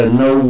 no